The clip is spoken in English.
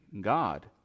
God